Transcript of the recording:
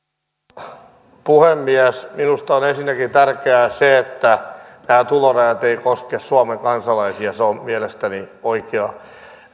arvoisa puhemies minusta on ensinnäkin tärkeää se että nämä tulorajat eivät koske suomen kansalaisia se on mielestäni oikea